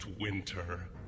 winter